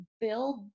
build